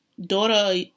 daughter